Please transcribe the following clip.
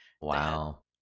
Wow